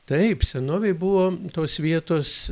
taip senovėj buvo tos vietos